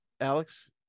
Alex